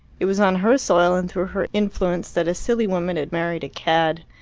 it was on her soil and through her influence that a silly woman had married a cad.